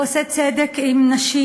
הוא עושה צדק עם נשים.